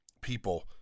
people